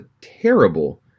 terrible